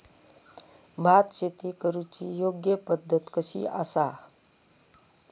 भात शेती करुची योग्य पद्धत कशी आसा?